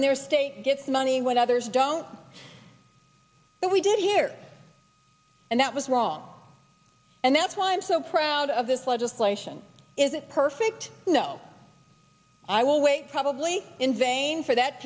in their state gets money when others don't but we did here and that was wrong and that's why i'm so proud of this legislation isn't perfect you know i will wait probably in vain for that